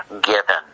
given